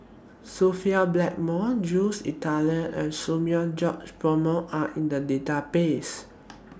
Sophia Blackmore Jules Itier and Samuel George Bonham Are in The Database